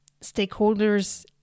stakeholders